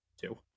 two